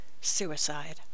suicide